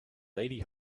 lady